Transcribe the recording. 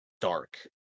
dark